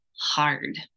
hard